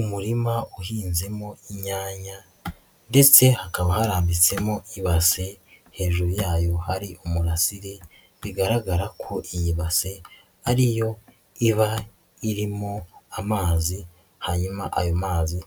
Umurima uhinzemo inyanya ndetse hakaba harambitsemo ibase hejuru yayo hari umurasire bigaragara ko iyi base ari yo iba irimo amazi hanyuma ayo mazi